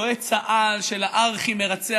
יועץ-העל של הארכי-מרצח,